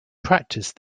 practice